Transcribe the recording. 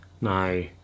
No